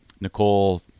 Nicole